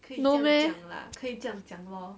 no meh